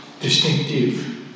distinctive